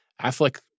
Affleck